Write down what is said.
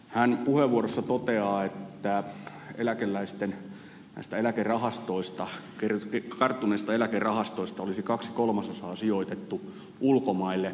hän puheenvuorossa toteaa että näistä karttuneista eläkeläisten eläkerahastoista olisi kaksi kolmasosaa sijoitettu ulkomaille